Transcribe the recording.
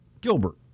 Gilbert